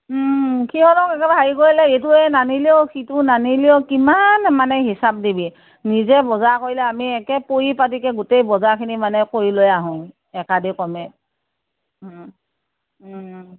কিয়নো হেৰি কৰিলে ইটোৱে নানিলেও সিটো নানিলেও কিমান মানে হিচাপ দিবি নিজে বজাৰ কৰিলে আমি একে পৰিপাটিকৈ গোটেই বজাৰখিনি মানে কৰি লৈ আহোঁ একাদিক্ৰমে ওম ওম